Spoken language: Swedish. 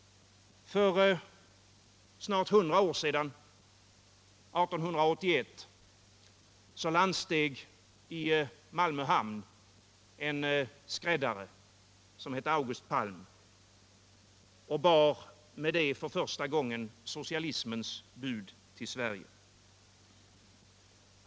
För snart hundra år sedan, 1881, landsteg i Malmö hamn en skräddare som hette August Palm och bar för första gången socialismens bud till Sverige.